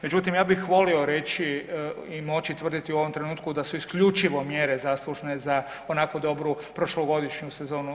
Međutim, ja bih volio reći i moći tvrditi u ovom trenutku da su isključivo mjere zaslužne za onako dobru prošlogodišnju sezonu.